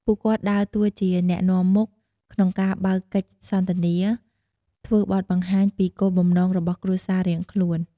ពួកគាត់ដើរតួជា អ្នកនាំមុខ ក្នុងការបើកកិច្ចសន្ទនា ធ្វើបទបង្ហាញពីគោលបំណងរបស់គ្រួសាររៀងខ្លួន។